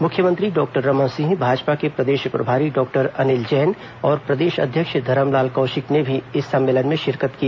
मुख्यमंत्री डॉक्टर रमन सिंह भाजपा के प्रदेश प्रभारी डॉक्टर अनिल जैन और प्रदेश अध्यक्ष धरमलाल कौशिक ने भी इस सम्मलेन में शिरकत की